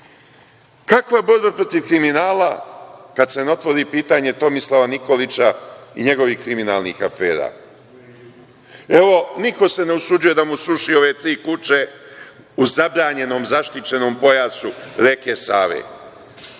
SAJ-a. Kakva borba protiv kriminala kada se ne otvori pitanje Tomislava Nikolića i njegovih kriminalnih afera? Niko se ne usuđuje da mu sruši ove tri kuće u zabranjenom, zaštićenom pojasu reke Save,